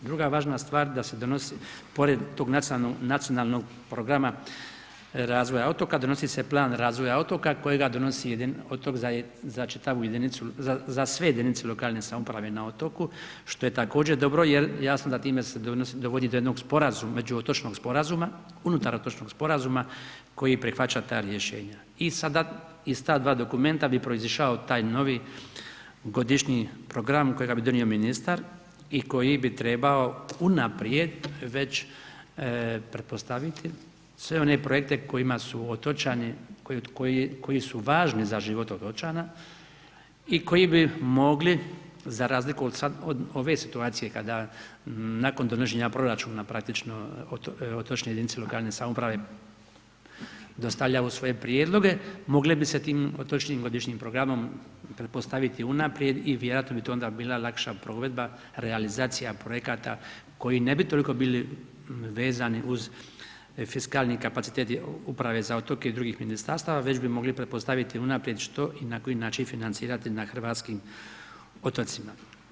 Druga važna stvar da se donosi, pored tog nacionalnog programa razvoja otoka, donosi se plan razvoja otoka kojega donosi otok za čitavu jedinicu, za sve jedinice lokalne samouprave na otoku, što je također dobro jer jasno da time se dovodi do jednog sporazuma, međuotočnog sporazuma unutar otočnog sporazuma koji prihvaća ta rješenja i sada iz ta dva dokumenta bi proizašao taj novi godišnji program kojega bi donio ministar i koji bi trebao unaprijed već pretpostaviti sve one projekte kojima su otočani, koji su važni za život otočana i koji bi mogli za razliku od sad ove situacije kada nakon donošenja proračuna praktično otočne jedinice lokalne samouprave dostavljaju svoje prijedloge, mogle bi se tim otočnim godišnjim programom pretpostaviti unaprijed i vjerojatno bi to onda bila lakša provedba realizacija projekata koji ne bi toliko bili vezani uz fiskalni kapacitet uprave za otoke i drugih ministarstava, već bi mogli pretpostaviti unaprijed što i na koji način financirati na hrvatskim otocima.